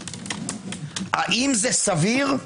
האם זה סביר?